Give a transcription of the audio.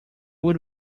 would